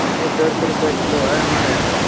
मांगुर डेढ़ सौ रुपए किलो है हमारे यहाँ